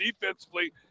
defensively